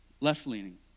left-leaning